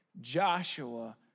Joshua